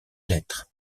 lettres